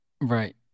Right